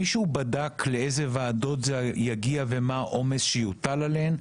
אבל מישהו בדק לאיזה ועדות זה יגיע ומה העומס שיוטל עליהן?